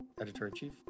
Editor-in-Chief